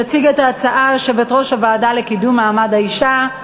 תציג את ההצעה יושבת-ראש הוועדה לקידום מעמד האישה,